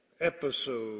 episode